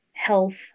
health